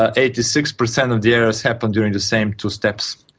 ah eighty six percent of the errors happen during the same two steps.